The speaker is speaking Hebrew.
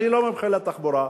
אני לא מומחה לתחבורה,